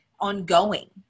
ongoing